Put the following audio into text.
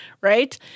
right